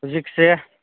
ꯍꯧꯖꯤꯛꯁꯦ